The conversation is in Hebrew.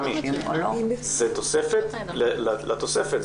זו תוספת לתוספת.